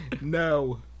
No